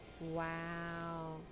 Wow